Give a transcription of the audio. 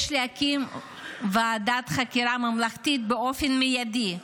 יש להקים ועדת חקירה ממלכתית באופן מידי.